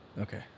Okay